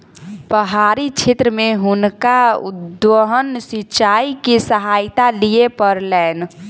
पहाड़ी क्षेत्र में हुनका उद्वहन सिचाई के सहायता लिअ पड़लैन